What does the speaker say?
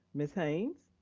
mrs. haynes.